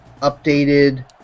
updated